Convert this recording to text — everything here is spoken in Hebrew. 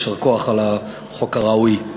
יישר כוח על החוק הראוי.